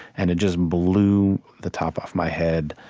and it just blew the top off my head.